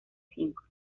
cinco